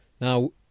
Now